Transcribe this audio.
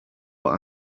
what